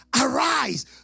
arise